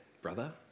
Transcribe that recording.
brother